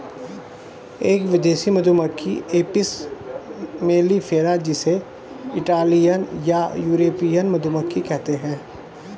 एक विदेशी मधुमक्खी एपिस मेलिफेरा जिसे इटालियन या यूरोपियन मधुमक्खी कहते है